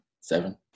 seven